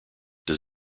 does